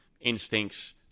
instincts